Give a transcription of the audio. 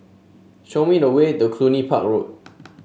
show me the way to Cluny Park Road